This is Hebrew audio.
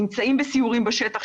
נמצאים בסיורים בשטח,